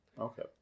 Okay